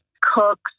cooks